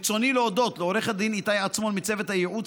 ברצוני להודות לעו"ד איתי עצמון מצוות הייעוץ